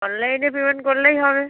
অনলাইনে পেমেন্ট করলেই হবে